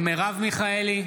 מיכאלי,